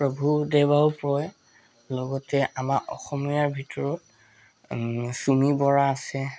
প্ৰভূদেৱাও পৰে লগতে আমাৰ অসমীয়া ভিতৰত চুমী বৰা আছে